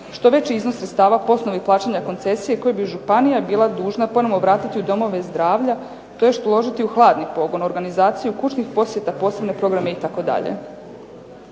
što veći iznos sredstava po osnovi plaćanja koncesije koji bi županija bila dužna ponovno vratiti u domove zdravlja tj. uložiti u hladni pogon, organizaciju kućnih posjeta, posebne programe itd.